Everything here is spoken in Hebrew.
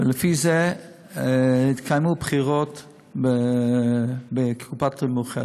ולפי זה התקיימו בחירות בקופת-חולים מאוחדת.